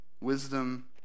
wisdom